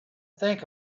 think